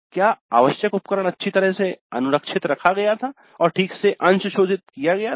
क्या आवश्यक उपकरण अच्छी तरह अनुरक्षित रखा गया था और ठीक से अंशशोधित किया गया था